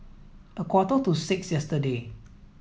a quarter to six yesterday